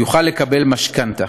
יוכל לקבל משכנתה.